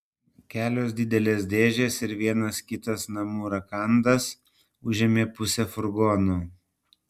kelios didelės dėžės ir vienas kitas namų rakandas užėmė pusę furgono